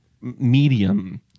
medium